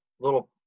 little